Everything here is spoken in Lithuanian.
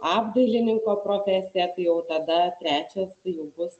apdailininko profesiją tai jau tada trečias jau bus